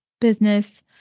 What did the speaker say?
business